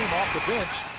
the bench,